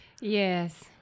Yes